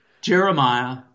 Jeremiah